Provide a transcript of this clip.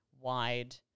wide